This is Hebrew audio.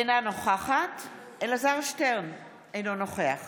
אינה נוכחת אלעזר שטרן, אינו נוכח